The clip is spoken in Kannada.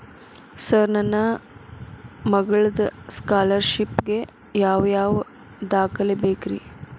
ಸರ್ ನನ್ನ ಮಗ್ಳದ ಸ್ಕಾಲರ್ಷಿಪ್ ಗೇ ಯಾವ್ ಯಾವ ದಾಖಲೆ ಬೇಕ್ರಿ?